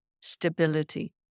stability